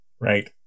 Right